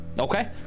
okay